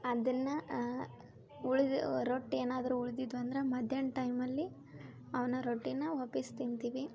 ಅದನ್ನ ಉಳಿದ ರೊಟ್ಟಿ ಏನಾದರೂ ಉಳಿದಿದ್ವು ಅಂದ್ರ ಮಧ್ಯಾಹ್ನ ಟೈಮಲ್ಲಿ ಅವನ್ನ ರೊಟ್ಟಿನ ವಾಪಿಸ್ ತಿಂತೀವಿ